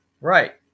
Right